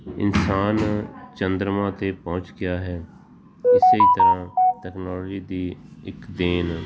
ਇਨਸਾਨ ਚੰਦਰਮਾ 'ਤੇ ਪਹੁੰਚ ਗਿਆ ਹੈ ਇਸ ਹੀ ਤਰ੍ਹਾਂ ਤੈਕਨੋਲਜੀ ਦੀ ਇੱਕ ਦੇਣ